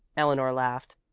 eleanor laughed.